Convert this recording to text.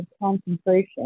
concentration